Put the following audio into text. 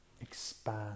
expand